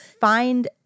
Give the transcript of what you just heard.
find